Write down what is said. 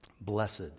Blessed